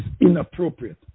inappropriate